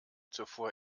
zuvor